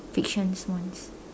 fictions ones